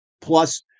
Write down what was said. Plus